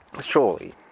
surely